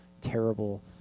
terrible